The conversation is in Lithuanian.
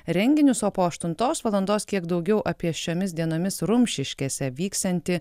renginius o po aštuntos valandos kiek daugiau apie šiomis dienomis rumšiškėse vyksiantį